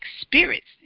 spirits